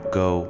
go